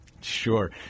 Sure